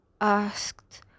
asked